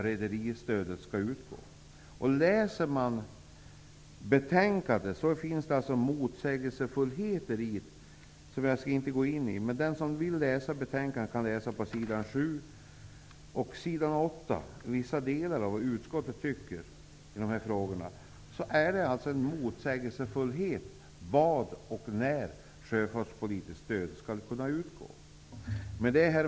Om man läser betänkandet ser man att det finns motsägelser. Jag skall inte gå in på dem. Den som vill läsa betänkandet kan läsa på s. 7 och 8 och se vad delar av utskottet tycker i dessa frågor. Det finns motsägelser om när sjöfartspolitiskt stöd skall kunna utgå. Herr talman!